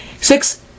Six